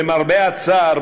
למרבה הצער,